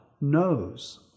knows